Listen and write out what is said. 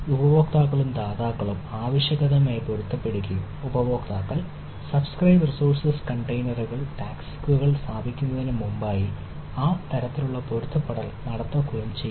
ഉപയോക്താക്കളും ദാതാക്കളും ആവശ്യകതയുമായി പൊരുത്തപ്പെടുകയും ഉപയോക്താക്കൾ സബ്സ്ക്രൈബ് റിസോഴ്സ് കണ്ടെയ്നറുകളിൽ സ്ഥാപിക്കുന്നതിന് മുമ്പായി ആ തരത്തിലുള്ള പൊരുത്തപ്പെടുത്തൽ നടത്തുകയും ചെയ്യുന്നു